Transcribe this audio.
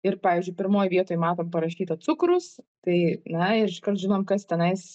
ir pavyzdžiui pirmoj vietoj matom parašyta cukrus tai na ir iškart žinom kas tenais